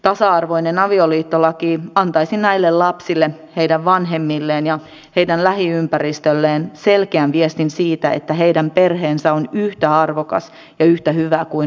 tasa arvoinen avioliittolaki antaisi näille lapsille heidän vanhemmilleen ja heidän lähiympäristölleen selkeän viestin siitä että heidän perheensä on yhtä arvokas ja yhtä hyvä kuin muutkin perheet